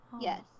Yes